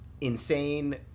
insane